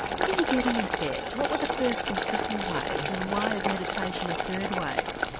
what are you getting at there? what were the first and second waves, and why is meditation a third wave?